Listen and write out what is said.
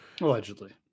Allegedly